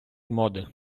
моди